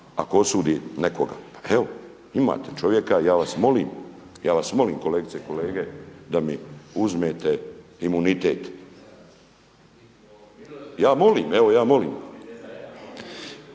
ako osudi nekoga. Evo, imate čovjeka. Ja vas molim kolegice i kolege da mi uzmete imunitet. Evo, ja molim.